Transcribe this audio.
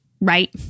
Right